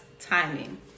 timing